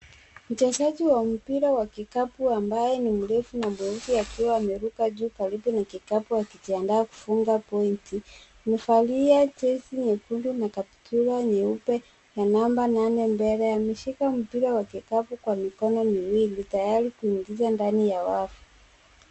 Mchezaji wa mpira wa kikapu ambaye ni mrefu na mweupe akiwa ameruka juu karibu na kikapu akijiandaa kufunga point . Amevalia jezi nyekundu na kaptura nyeupe ya namba nane mbele. Ameshika mpira wa kikapu kwa mikono miwili tayari kuingiza ndani ya wavu.